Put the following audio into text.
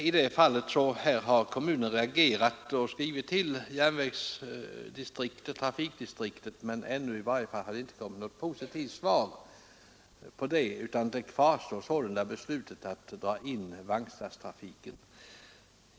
I detta fall har kommunen reagerat och skrivit till trafikdistriktet, men i varje fall har det inte ännu kommit något positivt svar, utan beslutet att dra in vagnslasttrafiken kvarstår.